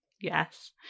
Yes